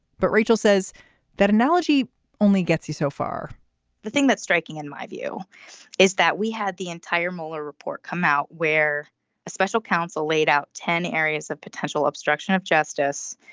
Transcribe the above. but rachel says that analogy only gets you so far the thing that's striking in my view is that we had the entire mueller report come out where a special counsel laid out ten areas of potential obstruction of justice.